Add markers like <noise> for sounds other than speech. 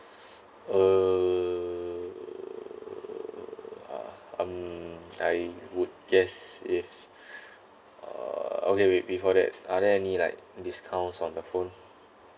uh <noise> um I would guess if <breath> uh okay wait before that are there any like discounts on the phone